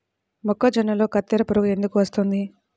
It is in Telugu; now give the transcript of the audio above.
మొక్కజొన్నలో కత్తెర పురుగు ఎందుకు వస్తుంది?